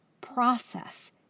process